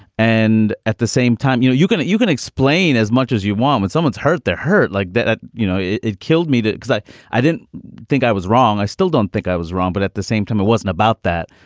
and at the same time you know you can you can explain as much as you want when someone's hurt their hurt like that. you know it it killed me to say i didn't think i was wrong. i still don't think i was wrong but at the same time it wasn't about that.